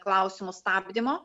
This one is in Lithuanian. klausimų stabdymo